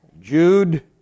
Jude